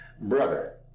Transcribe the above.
brother